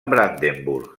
brandenburg